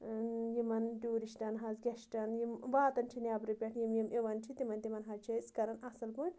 یِمَن ٹیوٗرِسٹَن حظ گٮ۪سٹَن یِم واتان چھِ نٮ۪برٕ پٮ۪ٹھ یِم یِم یِوان چھِ تِمَن تِمَن حظ چھِ أسۍ کَران اَصٕل پٲٹھۍ